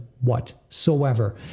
whatsoever